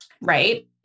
Right